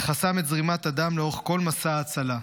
וחסם את זרימת הדם לאורך כל מסע ההצלה.